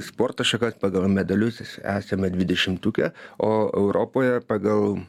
sporto šakas pagal medalius esame dvidešimtuke o europoje pagal